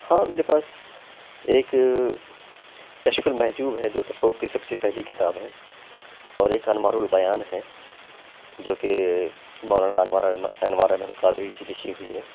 ہاں میرے پاس ایک کشف المحجوب ہے جو تصّوف کی سب سے پہلی کتاب ہے اور ایک انوارُ البیان ہے جو کہ مولانا انور احمد انوار احمد قادری کی لکھی ہوئی ہے